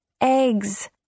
eggs